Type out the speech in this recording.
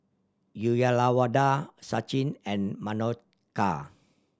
Uyyalawada Sachin and Manohar